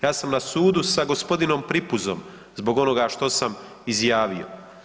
Ja sam na sudu sa gospodinom Pripuzom zbog onoga što sam izjavio.